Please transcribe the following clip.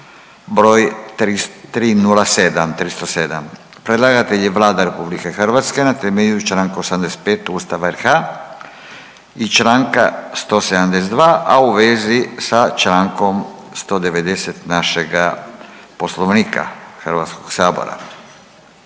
broj 307. Predlagatelj je Vlada Republike Hrvatske na temelju članka 85. Ustava RH i članka 172. a u vezi sa člankom 190. našega Poslovnika Hrvatskog sabora.